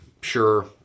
Sure